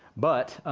but